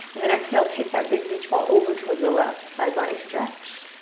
and then exhale, take that big beach ball over towards the left. side body stretch.